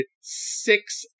six